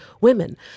women